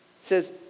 says